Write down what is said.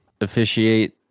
officiate